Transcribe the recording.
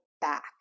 back